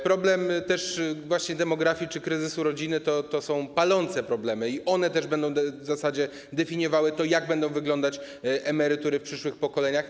Problemy demografii czy kryzysu rodziny to są palące problemy i one też będą w zasadzie definiowały to, jak będą wyglądać emerytury w przyszłych pokoleniach.